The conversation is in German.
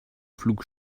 flug